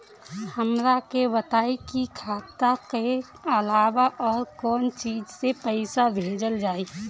हमरा के बताई की खाता के अलावा और कौन चीज से पइसा भेजल जाई?